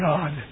God